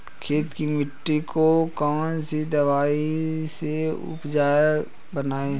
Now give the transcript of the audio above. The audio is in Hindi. खेत की मिटी को कौन सी दवाई से उपजाऊ बनायें?